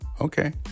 okay